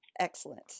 Excellent